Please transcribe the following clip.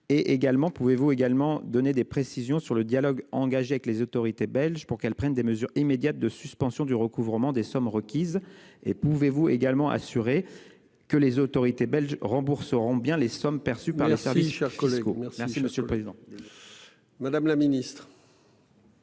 est également pouvez-vous également donné des précisions sur le dialogue engagé avec les autorités belges pour qu'elle prenne des mesures immédiates de suspension du recouvrement des sommes requises et pouvez-vous également assuré que les autorités belges rembourseront bien les sommes perçues par les services Moscou merci. Merci Monsieur le Président. Madame la Ministre.